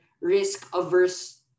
risk-averse